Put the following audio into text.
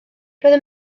roedd